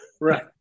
Right